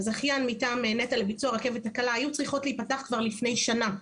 הזכיין מטעם נת"ע לביצוע הרכבת הקלה היו צריכות להיפתח כבר לפני שנה.